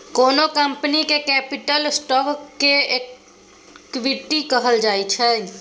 कोनो कंपनीक capital stock केँ इक्विटी कहल जाइ छै